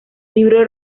libro